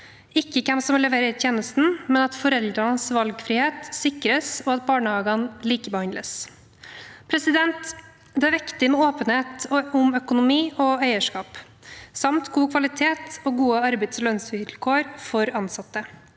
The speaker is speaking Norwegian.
ikke hvem som leverer tjenesten, men at foreldrenes valgfrihet sikres, og at barnehagene likebehandles. Det er viktig med åpenhet om økonomi og eierskap samt god kvalitet og gode arbeids- og lønnsvilkår for ansatte.